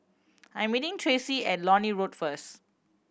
I am meeting Tracy at Lornie Road first